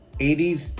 80s